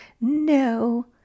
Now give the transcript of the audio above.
No